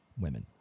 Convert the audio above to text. women